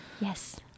Yes